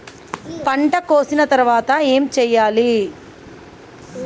పంట కోసిన తర్వాత ఏం చెయ్యాలి?